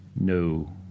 no